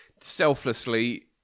selflessly